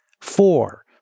four